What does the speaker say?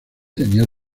tenía